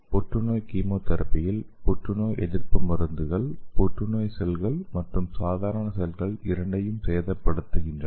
புற்றுநோய் கீமோதெரபியில் புற்றுநோய் எதிர்ப்பு மருந்துகள் புற்றுநோய் செல்கள் மற்றும் சாதாரண செல்கள் இரண்டையும் சேதப்படுத்துகின்றன